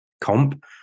comp